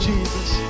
Jesus